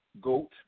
Goat